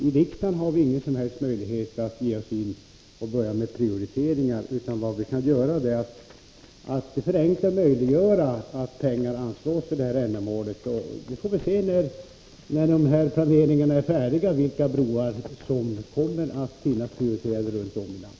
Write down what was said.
I riksdagen har vi ingen som helst möjlighet att ge oss in på att göra prioriteringar, utan vad vi kan göra är att möjliggöra att pengar anslås för ändamålet. Vi får väl se när planeringarna är färdiga, vilka broar som kommer att finnas prioriterade runt om i landet.